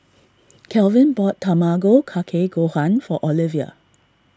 Calvin bought Tamago Kake Gohan for Olevia